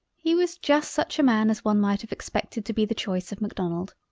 he was just such a man as one might have expected to be the choice of macdonald.